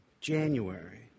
January